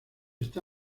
está